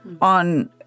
on